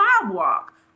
sidewalk